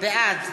בעד